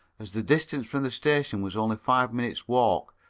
as the distance from the station was only five minutes' walk,